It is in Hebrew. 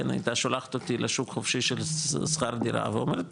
הייתה שולחת אותי לשוק החופשי של שכר דירה ואומרת לי,